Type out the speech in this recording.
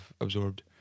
absorbed